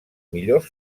millor